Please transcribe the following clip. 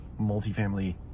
multifamily